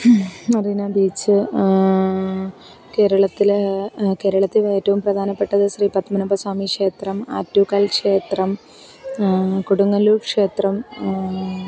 Marina beach കേരളത്തിലേ കേരളത്തെ ഏറ്റവും പ്രധാനപ്പെട്ടത് ശ്രീപദ്മനാഭസ്വാമിക്ഷേത്രം ആറ്റുകാൽക്ഷേത്രം കൊടുങ്ങല്ലൂർക്ഷേത്രം